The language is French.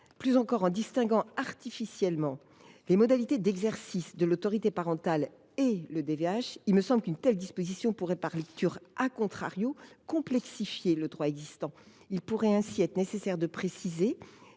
de DVH. En distinguant artificiellement les modalités d’exercice de l’autorité parentale et le DVH, il me semble qu’une telle disposition pourrait, par une lecture, complexifier le droit existant. Il pourrait ainsi être nécessaire de préciser,